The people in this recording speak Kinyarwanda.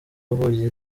avuye